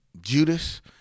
judas